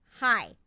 hi